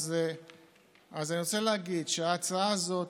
אז אני רוצה להגיד שההצעה הזאת,